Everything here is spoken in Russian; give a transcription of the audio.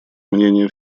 мнения